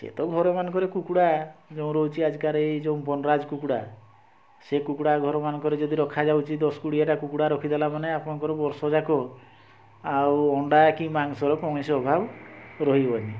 ସେ ତ ଘର ମାନଙ୍କରେ କୁକୁଡ଼ା ରହୁଛି ଆଜିକାରେ ଏଇ ଯେଉଁ ବନରାଜ କୁକୁଡ଼ା ସେ କୁକୁଡ଼ା ଘର ମାନଙ୍କରେ ଯଦି ରଖା ଯାଉଛି ଦଶ କୋଡ଼ିଏ ଟା କୁକୁଡ଼ା ରଖିଦେଲା ମାନେ ଆପଣଙ୍କର ବର୍ଷ ଯାକ ଆଉ ଅଣ୍ଡା କି ମାଂସର କୌଣସି ଅଭାବ ରହିବନି